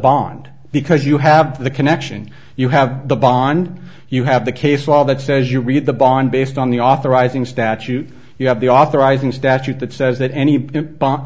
bond because you have the connection you have the bond you have the case law that says you read the bond based on the authorizing statute you have the authorizing statute that says that any